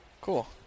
Cool